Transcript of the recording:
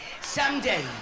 Someday